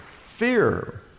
Fear